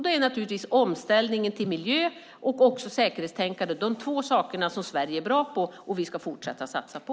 Då är naturligtvis omställningen till miljö och säkerhetstänkande de två områden som Sverige är bra på och som vi ska fortsätta att satsa på.